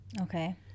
Okay